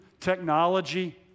technology